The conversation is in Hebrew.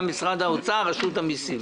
שמשרד האוצר ורשות המיסים